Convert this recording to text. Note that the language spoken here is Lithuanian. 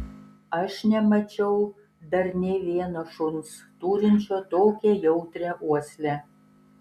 aš nemačiau dar nė vieno šuns turinčio tokią jautrią uoslę